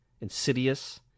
insidious